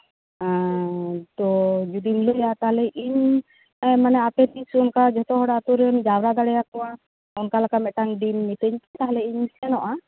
ᱛᱚ ᱡᱩᱫᱤᱢ ᱞᱟᱹᱭᱟ ᱛᱟᱞᱦᱮ ᱤᱧ ᱢᱟᱱᱮ ᱢᱤᱫ ᱥᱟᱶᱛᱮ ᱟᱛᱳᱨᱮᱱ ᱡᱚᱛᱚ ᱦᱚᱲᱮᱢ ᱡᱟᱣᱨᱟ ᱫᱟᱲᱮᱭᱟᱠᱚᱣᱟ ᱚᱱᱠᱟ ᱞᱮᱠᱟ ᱢᱤᱫᱴᱮᱱ ᱫᱤᱱ ᱢᱤᱛᱟᱹᱧ ᱯᱮ ᱛᱟᱞᱦᱮᱧ ᱥᱮᱱᱚᱜᱼᱟ